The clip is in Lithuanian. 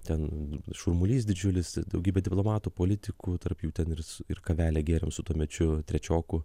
ten šurmulys didžiulis daugybė diplomatų politikų tarp jų ten ir ir kavelę gėrėm su tuomečiu trečioku